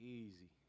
easy